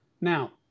Now